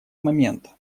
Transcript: момента